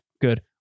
Good